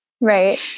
Right